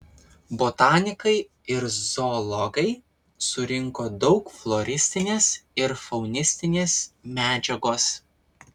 botanikai ir zoologai surinko daug floristinės ir faunistinės medžiagos